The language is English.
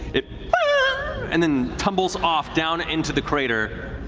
it and then tumbles off down into the crater,